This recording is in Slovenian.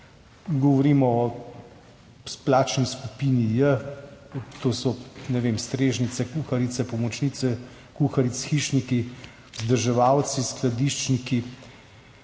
Govorimo o plačni skupini J. To so, ne vem, strežnice, kuharice, pomočnice kuharic, hišniki, vzdrževalci, skladiščniki,